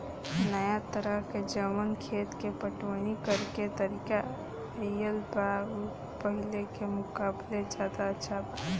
नाया तरह के जवन खेत के पटवनी करेके तरीका आईल बा उ पाहिले के मुकाबले ज्यादा अच्छा बा